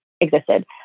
existed